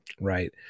right